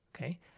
okay